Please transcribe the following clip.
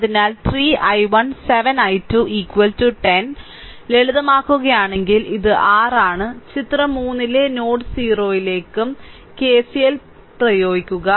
അതിനാൽ 3 I1 7 I2 10 ലളിതമാക്കുകയാണെങ്കിൽ ഇത് r ആണ് ചിത്രം 3 ലെ നോഡ് o ലേക്ക് കെസിഎൽ പ്രയോഗിക്കുക